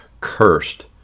cursed